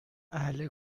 اهل